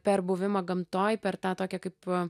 per buvimą gamtoj per tą tokią kaip